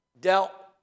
dealt